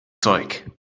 zeug